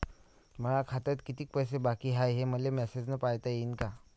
माया खात्यात कितीक पैसे बाकी हाय, हे मले मॅसेजन पायता येईन का?